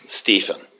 Stephen